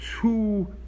two